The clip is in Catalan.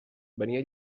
venia